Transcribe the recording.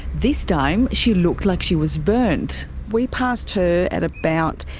this time she looked like she was burnt. we passed her at about